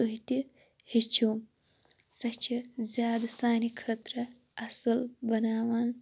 تُہۍ تہِ ہیٚچھِو سۄ چھِ زیادٕ سانہِ خٲطرٕ اَصٕل بَناوان